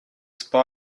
spy